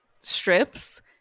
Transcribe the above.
strips